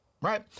right